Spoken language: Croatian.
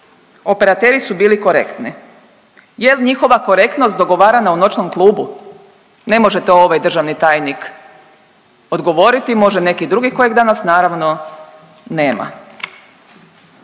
Operateri su bili korektni. Jel njihova korektnost dogovarana u noćnom klubu. Ne može to ovaj državni tajnik odgovoriti, može neki drugi kojeg danas naravno, nema.